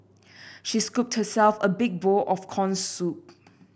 she scooped herself a big bowl of corn soup